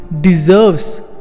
deserves